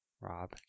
rob